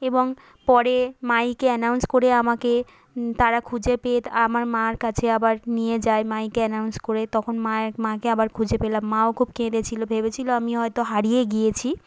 এবং পরে মাইকে অ্যানাউন্স করে আমাকে তারা খুঁজে পেয়ে আমার মার কাছে আবার নিয়ে যায় মাইকে অ্যানাউন্স করে তখন মায়ের মাকে আবার খুঁজে পেলাম মাও খুব কেঁদেছিলো ভেবেছিলো আমি হয়তো হারিয়ে গিয়েছি